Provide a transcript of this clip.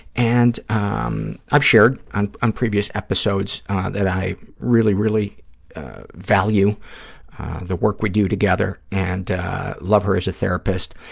and um i've shared on on previous episodes that i really, really value the work we do together and i love her as a therapist.